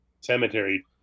Cemetery